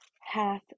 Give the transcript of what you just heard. hath